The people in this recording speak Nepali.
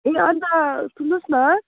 ए अन्त सुन्नुहोस् न